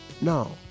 No